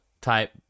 type